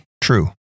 True